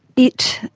it,